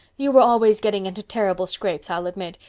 you were always getting into terrible scrapes, i'll admit,